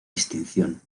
distinción